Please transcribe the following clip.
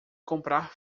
comprar